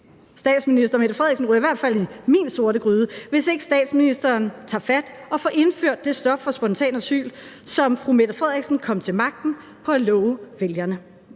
Statsminister Mette Frederiksen ryger i hvert fald i mine sorte gryde, hvis ikke statsministeren tager fat og får indført det stop for spontan asyl, som fru Mette Frederiksen kom til magten på at love vælgerne.